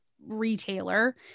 retailer